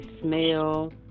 smell